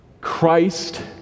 Christ